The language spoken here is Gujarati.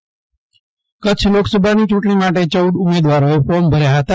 કચ્છ લોકસભા કચ્છ લોક સભાની ચુંટણી માટે ચૌદ ઉમેદવારોએ ફોર્મ ભર્યા હતા